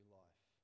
life